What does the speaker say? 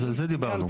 על זה דיברנו.